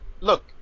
Look